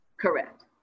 Correct